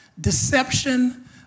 deception